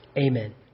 Amen